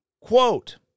Quote